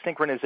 synchronization